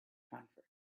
convert